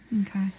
Okay